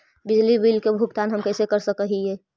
बिजली बिल के भुगतान हम कैसे कर सक हिय?